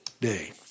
day